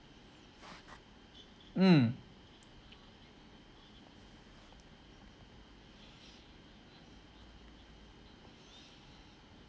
mm